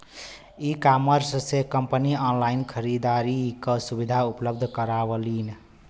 ecommerce से company online खरीदारी क सुविधा उपलब्ध करावलीन